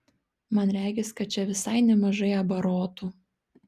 man regis kad čia visai nemažai abarotų